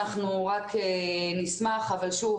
אנחנו רק נשמח אבל שוב,